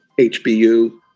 HBU